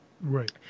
Right